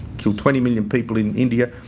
kill twenty million people in india,